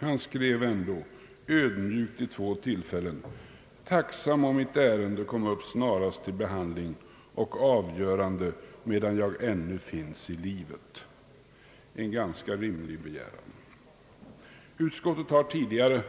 Han skrev ändå ödmjukt vid två tillfällen: »Tacksam om mitt ärende kommer upp snarast till behandling och avgörande, medan jag ännu finns i livet» — en rimlig begäran. Utskottet har tidigare